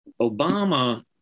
Obama